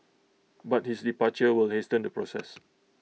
but his departure will hasten the process